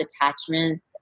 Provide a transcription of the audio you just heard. attachment